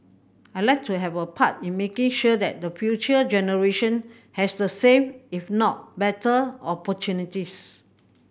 I'd like to have a part in making sure that the future generation has the same if not better opportunities